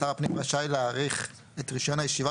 שר הפנים רשאי להאריך את רישיון הישיבה